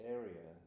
area